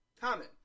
common